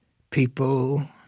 people